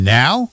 now